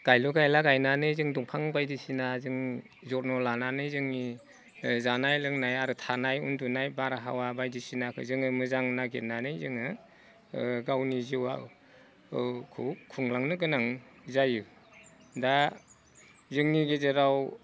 गायलु गायला गायनानै जों दंफां बायदिसिना जों जत्न लानानै जोंनि जानाय लोंनाय आरो थानाय उन्दुनाय बारहावा बायदिसिनाखो जोङो मोजां नागिरनानै जोङो गावनि जिउआव खुंलांनो गोनां जायो दा जोंनि गेजेराव